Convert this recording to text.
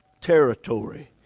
territory